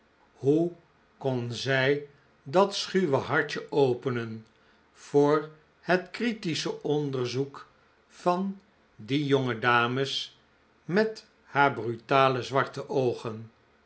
hoe kon zij dat schuwe hartje openen voor het critische onderzoek van die jonge dames met haar brutale zwarte oogen